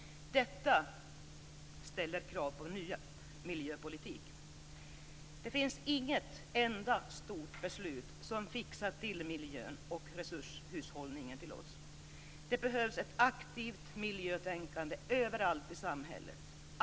Detta ställer krav på den nya miljöpolitiken. Det finns inget enda stort beslut som fixar till miljön och resurshushållningen åt oss. Det behövs ett aktivt miljötänkande överallt i samhället.